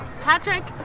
Patrick